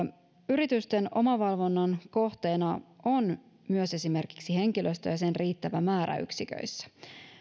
yritysten omavalvonnan kohteena on myös esimerkiksi henkilöstö ja sen riittävä määrä yksiköissä